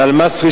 ואל-מצרי,